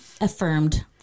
affirmed